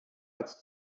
als